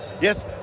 yes